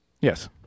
Yes